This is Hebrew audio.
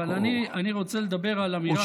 אני רוצה לדבר על אמירה אחת,